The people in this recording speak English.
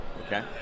Okay